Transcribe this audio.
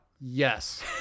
Yes